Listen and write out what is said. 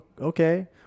Okay